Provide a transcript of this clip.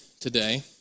today